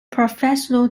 professional